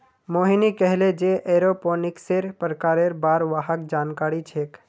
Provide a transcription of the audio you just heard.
मोहिनी कहले जे एरोपोनिक्सेर प्रकारेर बार वहाक जानकारी छेक